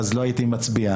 אז לא הייתי מצביע.